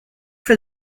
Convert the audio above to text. for